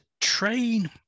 train